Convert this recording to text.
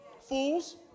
Fools